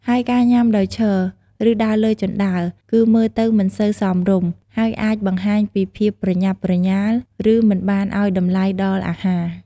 ហើយការញ៉ាំដោយឈរ ឬដើរលើជណ្ដើរ គឺមើលទៅមិនសូវសមរម្យ ហើយអាចបង្ហាញពីភាពប្រញាប់ប្រញាល់ ឬមិនបានឲ្យតម្លៃដល់អាហារ។